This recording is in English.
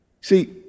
See